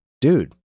dude